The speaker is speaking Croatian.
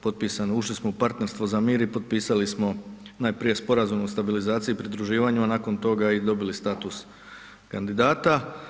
Potpisano je, ušli smo u partnerstvo za mir i potpisali smo najprije sporazum o stabilizaciji i pridruživanju, a nakon toga dobili i status kandidata.